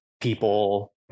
people